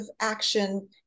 action